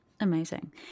Amazing